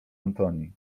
antoni